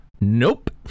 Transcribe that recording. Nope